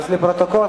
לפרוטוקול,